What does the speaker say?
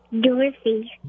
Dorothy